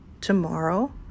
tomorrow